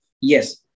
yes